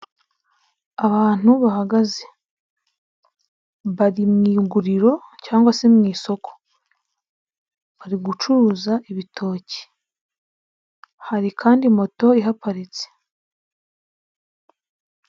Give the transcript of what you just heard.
Abantu bahagaze bari mu iguriro cyangwa se mu isoko. Bari gucuruza ibitoki, hari kandi moto ihaparitse.